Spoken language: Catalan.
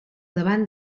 davant